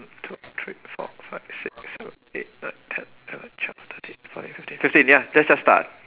two three four five six seven eight nine ten eleven twelve thirteen fourteen fifteen fifteen ya just just start ah